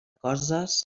coses